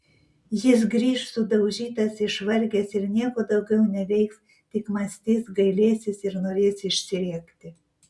jis grįš sudaužytas išvargęs ir nieko daugiau neveiks tik mąstys gailėsis ir norės išsirėkti